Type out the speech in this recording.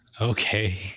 Okay